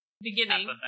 beginning